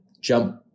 jump